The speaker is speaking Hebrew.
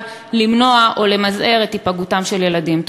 למנוע או למזער את ההיפגעות של ילדים.